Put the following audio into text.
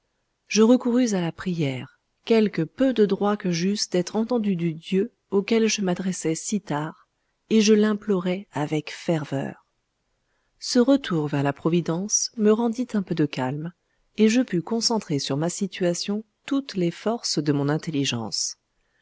je recourus à la prière quelque peu de droits que j'eusse d'être entendu du dieu auquel je m'adressais si tard et je l'implorai avec ferveur ce retour vers la providence me rendit un peu de calme et je pus concentrer sur ma situation toutes les forces de mon intelligence